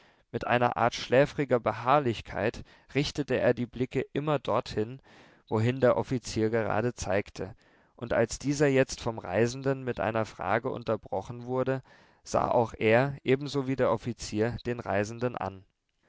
mit einer art schläfriger beharrlichkeit richtete er die blicke immer dorthin wohin der offizier gerade zeigte und als dieser jetzt vom reisenden mit einer frage unterbrochen wurde sah auch er ebenso wie der offizier den reisenden an